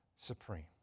supreme